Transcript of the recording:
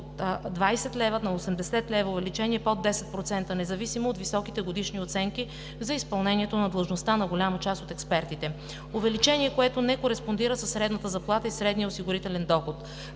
от 20 лв. до 80 лв., под 10%, независимо от високите годишни оценки за изпълнението на длъжността на голяма част от експертите – увеличение, което не кореспондира със средната заплата и със средния осигурителен доход.